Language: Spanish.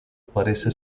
parece